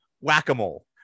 whack-a-mole